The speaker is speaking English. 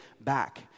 back